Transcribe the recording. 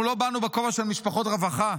אנחנו לא באנו בכובע של משפחות רווחה.